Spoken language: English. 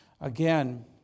Again